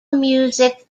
music